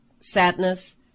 sadness